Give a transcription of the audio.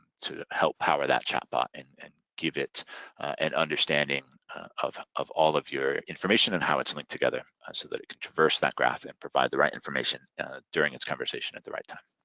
to help power that chat bot and and give it an understanding of of all of your information and how it's linked together so that it can traverse that graph and provide the right information during its conversation at the right time.